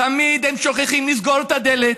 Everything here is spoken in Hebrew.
תמיד הם שוכחים לסגור את הדלת,